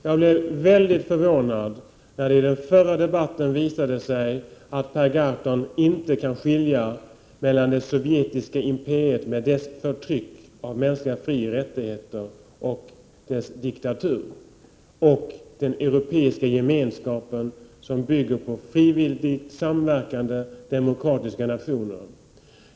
Jag blev mycket förvånad, när det i den förra debatten visade sig att Per Gahrton inte kan skilja mellan det sovjetiska imperiet med dess förtryck av mänskliga frioch rättigheter och dess diktatur och den europeiska gemenskapen, som bygger på frivilligt samverkande demokratiska nationer.